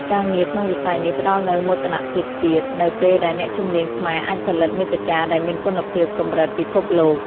ការងារក្នុងវិស័យនេះផ្តល់នូវមោទនភាពជាតិ នៅពេលដែលអ្នកជំនាញខ្មែរអាចផលិតមាតិកាដែលមានគុណភាពកម្រិតពិភពលោក។